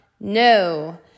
no